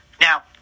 now